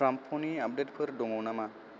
ट्राम्प'नि आपडेटफोर दङ नामा